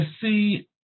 see